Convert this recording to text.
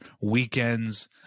weekends